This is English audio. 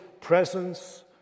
presence